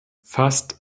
fast